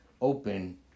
open